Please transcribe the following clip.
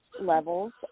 levels